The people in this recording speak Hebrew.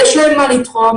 יש להם מה לתרום,